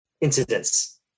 incidents